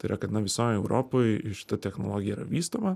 tai yra kad na visoj europoj šita technologija yra vystoma